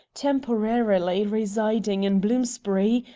temporarily residing in bloomsbury,